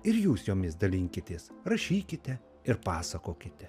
ir jūs jomis dalinkitės rašykite ir pasakokite